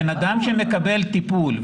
בן אדם שמקבל טיפול,